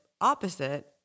opposite